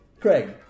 Craig